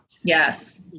Yes